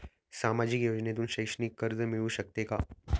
सामाजिक योजनेतून शैक्षणिक कर्ज मिळू शकते का?